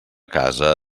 casa